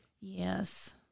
Yes